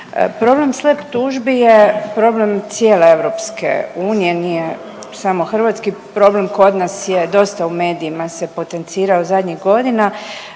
Problem SLAPP tužbi je problem cijene EU nije samo hrvatski problem. Kod nas je dosta u medijima se potencirao zadnjih godina.